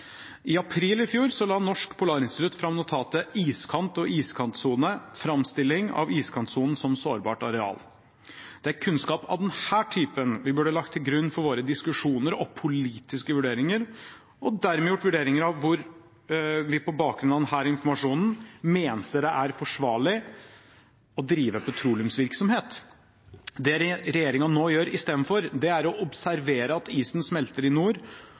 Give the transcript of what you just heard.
I april i fjor la Norsk Polarinstitutt fram notatet «Iskant og iskantsone – fremstilling av iskantsonen som sårbart areal». Det er kunnskap av denne typen vi burde lagt til grunn for våre diskusjoner og politiske vurderinger, og dermed gjort vurderinger av om vi på bakgrunn av denne informasjonen mente det var forsvarlig å drive petroleumsvirksomhet. Det regjeringen nå gjør istedenfor, er å observere at isen smelter i nord,